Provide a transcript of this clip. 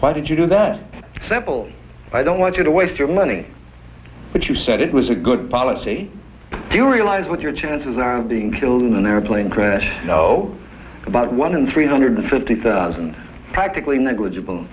why did you do that simple i don't want you to waste your money but you said it was a good policy do you realize what your chances are of being killed in an airplane crash oh about one in three hundred fifty thousand practically negligible